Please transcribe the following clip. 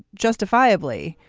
justifiably,